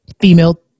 female